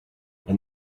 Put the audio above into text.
and